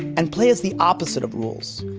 and play is the opposite of rules.